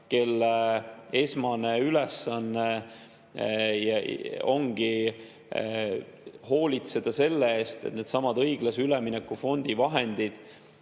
kelle esmane ülesanne ongi hoolitseda selle eest, et needsamad õiglase ülemineku fondi vahendid